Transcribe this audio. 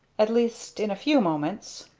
at least in a few moments.